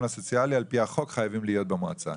הסוציאלי על-פי החוק חייבים להיות במועצה.